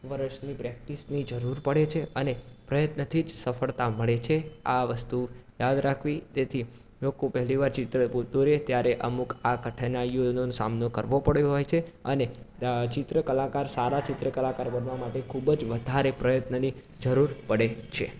વર્ષની પ્રેક્ટીસની જરૂર પડે છે અને પ્રયત્નથી જ સફળતા મળે છે આ વસ્તુ યાદ રાખવી તેથી લોકો પહેલીવાર ચિત્ર પો દોરે ત્યારે અમુક કઠણાઈઓનો સામનો કરવો પડ્યો હોય છે અને અ ચિત્રકલાકાર સારા ચિત્રકલાકાર બનવા માટે ખૂબ જ વધારે પ્રયત્નની જરૂર પડે છે